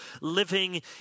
living